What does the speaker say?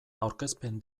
aurkezpen